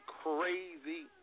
crazy